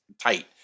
tight